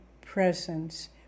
presence